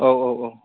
औ औ औ